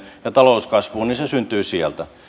ja talouskasvun yhteyteen syntyy sieltä